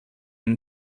and